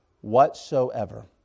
whatsoever